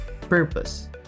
purpose